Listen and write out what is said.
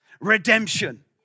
Redemption